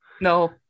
No